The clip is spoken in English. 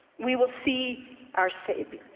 we will see our savior.